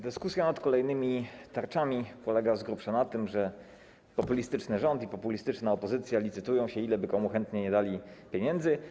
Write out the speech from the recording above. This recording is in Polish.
Dyskusja nad kolejnymi tarczami polega z grubsza na tym, że populistyczny rząd i populistyczna opozycja licytują się, ile by komu chętnie nie dali pieniędzy.